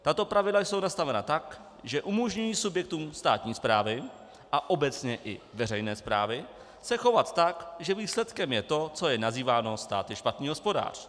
Tato pravidla jsou nastavena tak, že umožňují subjektům státní správy a obecně i veřejné správy se chovat tak, že výsledkem je to, co je nazýváno stát je špatný hospodář.